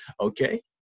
Okay